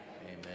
amen